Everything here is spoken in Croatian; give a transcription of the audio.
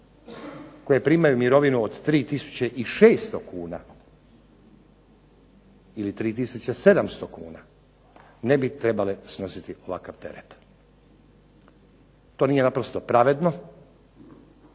koje primaju mirovinu od 3600 kuna ili 3700 kuna ne bi trebale snositi ovakav teret. To nije naprosto pravedno,